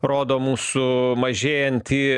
rodo mūsų mažėjantį